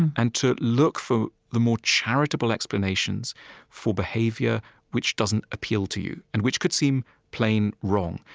and to look for the more charitable explanations for behavior which doesn't appeal to you and which could seem plain wrong,